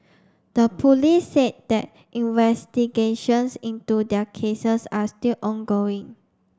the police said that investigations into their cases are still ongoing